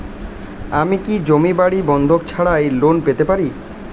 আমি কি জমি বাড়ি বন্ধক ছাড়াই লোন পেতে পারি?